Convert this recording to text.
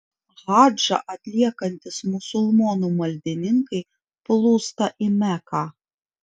hadžą atliekantys musulmonų maldininkai plūsta į meką